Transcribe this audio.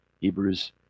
Hebrews